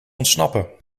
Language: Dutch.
ontsnappen